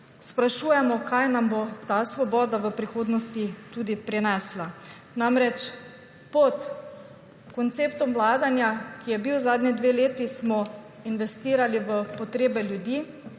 sprašujemo, kaj nam bo ta svoboda v prihodnosti prinesla. Namreč, pod konceptom vladanja, ki je bil zadnje dve leti, smo investirali v potrebe ljudi,